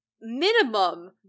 minimum